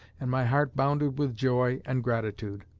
and my heart bounded with joy and gratitude.